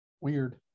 weird